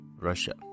Russia